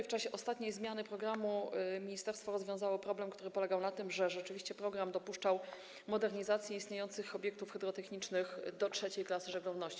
W czasie ostatniej zmiany programu ministerstwo rozwiązało problem, który polegał na tym, że rzeczywiście program dopuszczał modernizację istniejących obiektów hydrotechnicznych do III klasy żeglowności.